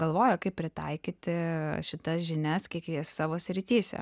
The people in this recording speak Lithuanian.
galvoja kaip pritaikyti šitas žinias kiek jie savo srityse